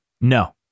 No